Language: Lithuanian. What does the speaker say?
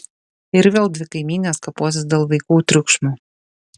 ir vėl dvi kaimynės kaposis dėl vaikų triukšmo